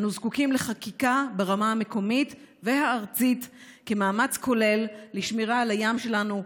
אנו זקוקים לחקיקה ברמה המקומית והארצית במאמץ כולל לשמירה על הים שלנו,